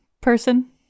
person